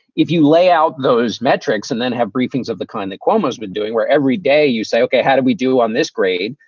if you lay out those metrics and then have briefings of the kind that cuomo's been doing, where every day you say, okay, how do we do on this grade?